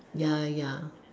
ya ya